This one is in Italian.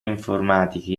informatiche